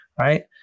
Right